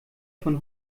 von